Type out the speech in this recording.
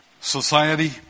society